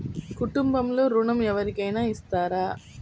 కుటుంబంలో ఋణం ఎవరికైనా ఇస్తారా?